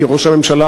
כי ראש הממשלה,